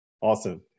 awesome